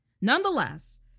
Nonetheless